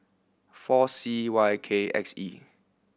four C Y K X E